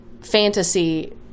fantasy